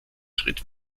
schritt